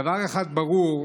דבר אחד ברור,